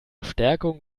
stärkung